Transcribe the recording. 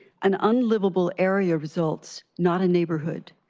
and unlivable area of results, not a neighborhood.